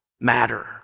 matter